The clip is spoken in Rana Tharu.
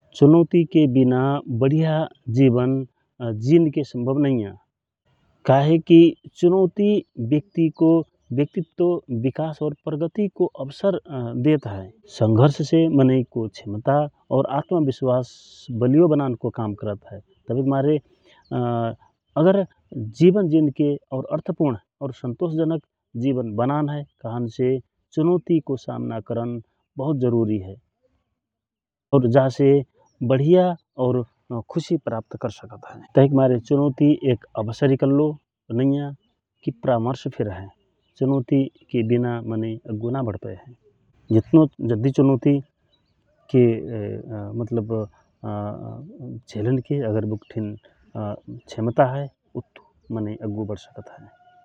चुनौती के बिना बढ़िया जीवन जिनकी संभव नइयाँ । कहे कि चुनौती व्यक्ति को व्यक्तित्व विकास और प्रगति के अवसर देत हए संघर्ष से मनइको क्षमता और आत्मविश्वास बलियो बनान काम करत हए । तवहिक मारे अगर जीवन जिनके और अर्थपूर्ण और सन्तोषजनक बनान हउ कहे से चुनौती को सामना करन बहुत ज़रूरी हए औ जा से बढ़िया और खुशी प्राप्त कर सकते हए । तहिक मारे चुनौती एक अवसर कल्लू नइया की परामर्श फिर हए चुनौती के बिना मनइ अग्गु नबढपए हए । जितनो जद्धि चुनौति केमतलब झेलनके बुकठिन क्षमता हए मनइ अग्गु बढसकत हए ।